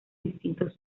distintos